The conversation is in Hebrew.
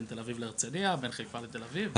בין תל אביב להרצליה, בין חיפה לתל אביב.